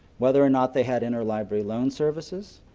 whether or not they had inner library loan services,